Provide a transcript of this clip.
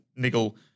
niggle